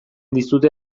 dizute